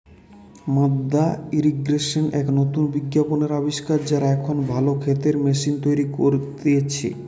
মাদ্দা ইর্রিগেশন এক নতুন বিজ্ঞানের আবিষ্কার, যারা এখন ভালো ক্ষেতের ম্যাশিন তৈরী করতিছে